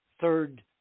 Third